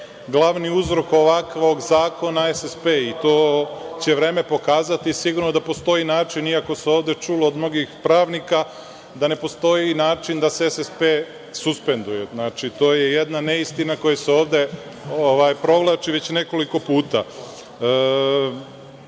glavni uzrok ovakvog zakona SSP. To će vreme pokazati, sigurno da postoji način, iako se ovde čulo od mnogih pravnika da ne postoji način da se SSP suspenduje. To je jedna neistina koja se ovde provlači već nekoliko